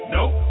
Nope